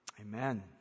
Amen